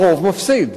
הרוב מפסיד.